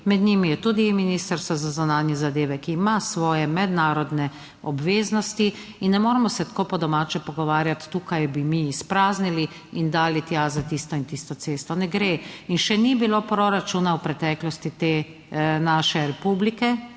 med njimi je tudi Ministrstvo za zunanje zadeve, ki ima svoje mednarodne obveznosti in ne moremo se tako po domače pogovarjati, tukaj bi mi izpraznili in dali tja za tisto in tisto cesto. Ne gre in še ni bilo proračuna v preteklosti te naše republike,